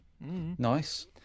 Nice